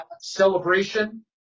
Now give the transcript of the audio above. Celebration